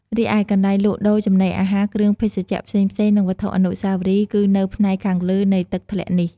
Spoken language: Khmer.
រីឯកន្លែងលក់ដូរ ចំណីអាហារ គ្រឿងភេសជ្ជៈផ្សេងៗ និងវត្ថុអនុស្សាវរីយ៍ គឺនៅផ្នែកខាងលើនៃទឹកធ្លាក់នេះ។